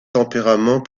tempérament